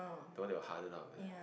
that one that will harden up eh